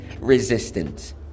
resistance